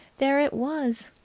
there it was.